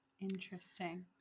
Interesting